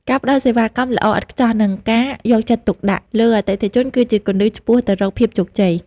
ការផ្តល់សេវាកម្មល្អឥតខ្ចោះ និងការយកចិត្តទុកដាក់លើអតិថិជនគឺជាគន្លឹះឆ្ពោះទៅរកភាពជោគជ័យ។